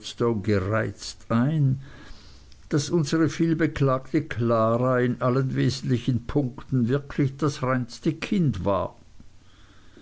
gereizt ein daß unsere viel beklagte klara in allen wesentlichen punkten wirklich das reinste kind war